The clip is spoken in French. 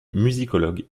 musicologue